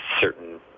certain